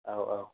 औ औ